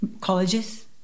colleges